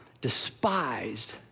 despised